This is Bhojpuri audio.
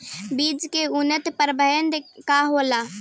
बीज के उन्नत प्रभेद का होला?